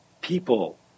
people